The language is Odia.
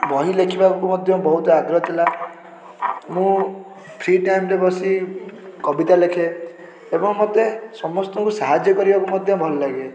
ବହି ଲେଖିବାକୁ ମଧ୍ୟ ବହୁତ ଆଗ୍ରହ ଥିଲା ମୁଁ ମୋର ଫ୍ରୀ ଟାଇମ୍ରେ ବସି କବିତା ଲେଖେ ଏବଂ ମୋତେ ସମସ୍ତଙ୍କୁ ସାହାଯ୍ୟ କରିବାକୁ ମଧ୍ୟ ଭଲ ଲାଗେ